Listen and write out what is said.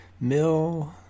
mill